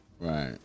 right